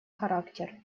характер